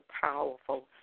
powerful